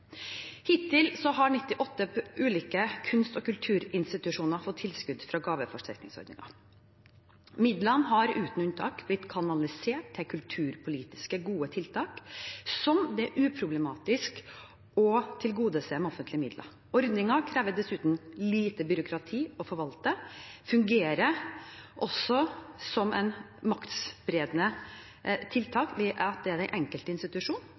Hittil har 98 ulike kunst- og kulturinstitusjoner fått tilskudd fra gaveforsterkningsordningen. Midlene har uten unntak blitt kanalisert til kulturpolitiske gode tiltak som det er uproblematisk å tilgodese med offentlige midler. Ordningen krever dessuten lite byråkrati å forvalte og fungerer også som et maktspredende tiltak ved at det er den enkelte institusjon